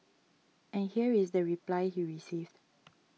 and here is the reply he received